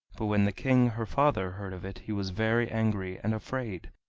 but when the king her father heard of it he was very angry and afraid,